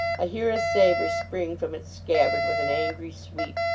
i hear a saber spring from its scabbard with an angry sweep.